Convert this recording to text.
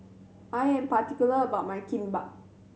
I am particular about my Kimbap